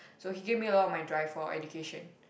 so he give me a lot of my drive for education